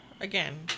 Again